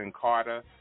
Carter